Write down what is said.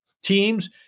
Teams